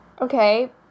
Okay